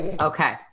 Okay